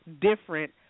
different